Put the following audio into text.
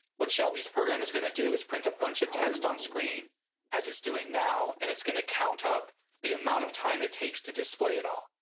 what shelby's program is going to do is print a bunch of text on screen as it's doing now and it's gonna count up the amount of time it takes to display it all.